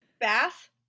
bath